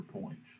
points